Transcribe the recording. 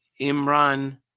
Imran